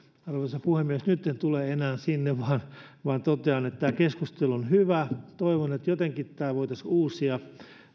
arvoisa puhemies nyt en tule enää sinne vaan vaan totean että tämä keskustelu on hyvä toivon että jotenkin tämä voitaisiin uusia